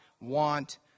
want